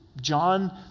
John